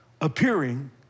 appearing